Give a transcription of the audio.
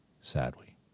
sadly